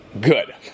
good